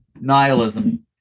nihilism